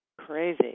Crazy